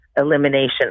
elimination